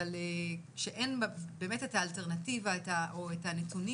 אבל כשאין את האלטרנטיבה או את הנתונים